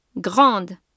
grande